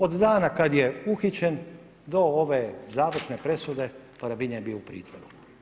Od dana kad je uhićen do ove završne presude Paravinja je bio u pritvoru.